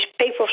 people